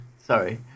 Sorry